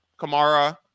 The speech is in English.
Kamara